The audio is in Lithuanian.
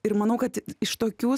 ir manau kad iš tokių